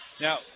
Now